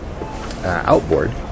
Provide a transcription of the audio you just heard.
outboard